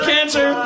Cancer